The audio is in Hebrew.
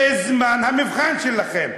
זה זמן המבחן שלכם.